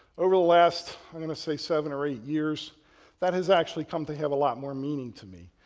over the last, i'm going to say seven or eight years that has actually come to have a lot more meaning to me.